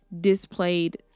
displayed